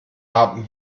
haben